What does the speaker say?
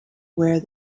where